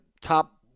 top